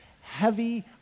heavy